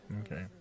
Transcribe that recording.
Okay